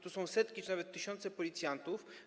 Tu są setki czy nawet tysiące policjantów.